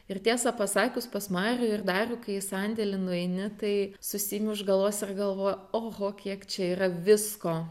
ir tiesą pasakius pas marijų ir darių kai į sandėlį nueini tai susiimi už galvos ir galvoji oho kiek čia yra visko